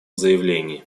заявлении